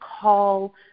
call